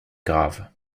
grave